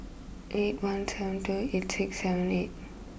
eight one seven two eight six seven eight